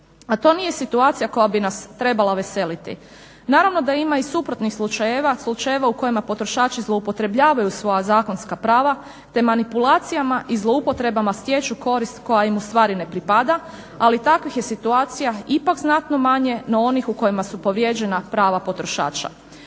A to nije situacija koja bi nas trebala veseliti. Naravno da ima i suprotnih slučajeva, slučajeva u kojima potrošači zloupotrebljavaju svoja zakonska prava te manipulacijama i zloupotrebama stječu korist koja im ustvari ne pripada, ali takvih je situacija ipak znatno manje no onih u kojima su povrijeđena prava potrošača.